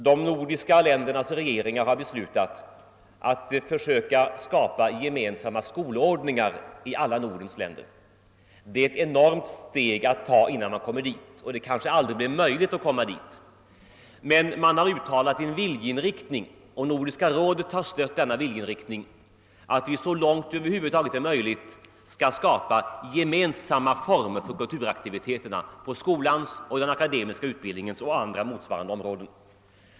De nordiska ländernas regeringar har beslutat att försöka skapa gemensamma skolordningar i alla Nordens länder. Det är ett enormt steg att ta innan man kommer dit och det blir kanske aldrig möjligt att uppnå målet. Men man har uttalat en viljeinriktning och Nordiska rådet har stött denna vilja att så långt möjligt skapa gemensamma former för kulturaktiviteterna på skolans, den akademiska utbildningens och motsvarande områden.